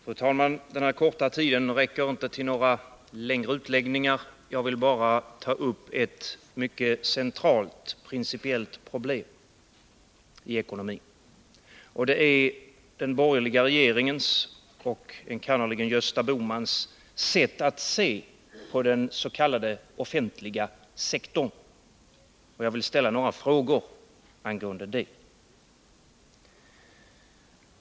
Fru talman! Min korta repliktid räcker inte till några längre utläggningar. Jag vill bara ta upp ett mycket centralt principiellt problem i ekonomin, nämligen den borgerliga regeringens och enkannerligen Gösta Bohmans sätt att se på den s.k. offentliga sektorn. Jag vill ställa några frågor angående detta.